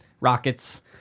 rockets